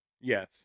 Yes